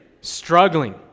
struggling